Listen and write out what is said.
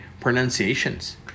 pronunciations